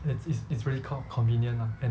it's it's it's really con~ convenient lah and